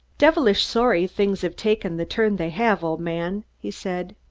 devilish sorry things have taken the turn they have, old man, he said.